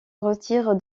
retire